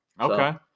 Okay